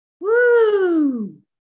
Woo